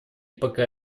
пока